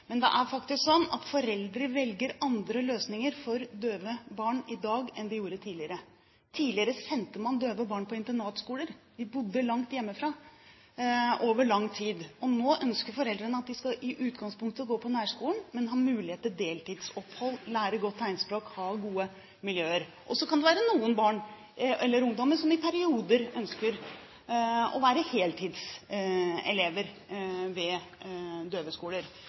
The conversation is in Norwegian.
Men det er faktisk slik at foreldre velger andre løsninger for døve barn i dag enn de gjorde tidligere. Tidligere sendte man døve barn på internatskoler. De bodde langt hjemmefra over lang tid. Nå ønsker foreldrene at de i utgangspunktet skal gå på nærskolen, men ha mulighet til deltidsopphold, lære godt tegnspråk og ha gode miljøer. Så kan det være noen barn eller ungdommer som i perioder ønsker å være heltidselever ved døveskoler. Men problemet er at det å vedta at dagens statlige døveskoler